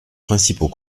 principaux